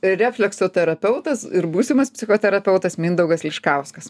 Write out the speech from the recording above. ir reflekso terapeutas ir būsimas psichoterapeutas mindaugas liškauskas